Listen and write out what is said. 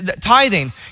Tithing